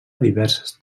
diverses